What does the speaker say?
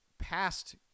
past